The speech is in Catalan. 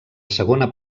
segona